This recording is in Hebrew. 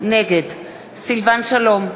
נגד סילבן שלום,